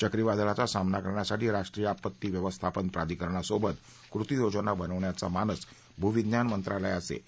चक्रीवादळांचा सामाना करण्यासाठी राष्ट्रीय आपत्ती व्यवस्थापन प्राधिकरणासोबत कृती योजना बनवण्याचा मानस भूविज्ञान मंत्रालयाचे ये